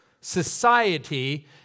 society